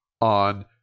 on